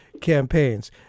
campaigns